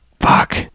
fuck